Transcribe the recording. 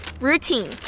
Routine